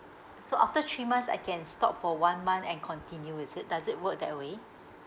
so after three months I can stop for one month and continue is it does it work that way